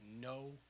No